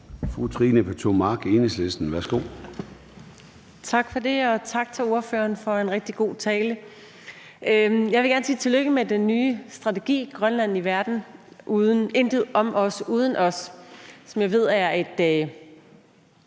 Trine Pertou Mach (EL): Tak for det. Og tak til ordføreren for en rigtig god tale. Jeg vil gerne sige tillykke med den nye strategi Grønland i Verden – »Intet om os, uden os«, som jeg ved er en